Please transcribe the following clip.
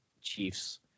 Chiefs